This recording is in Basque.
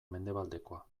mendebaldekoa